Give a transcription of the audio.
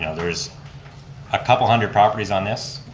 know, there is a couple hundred properties on this.